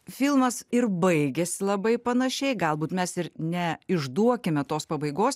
filmas ir baigiasi labai panašiai galbūt mes ir ne išduokime tos pabaigos